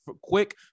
quick